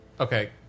Okay